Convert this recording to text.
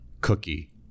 cookie